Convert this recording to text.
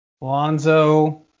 Lonzo